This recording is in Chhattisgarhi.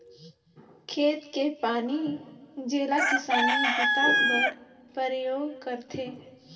खेत के पानी जेला किसानी बूता बर परयोग करथे